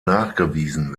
nachgewiesen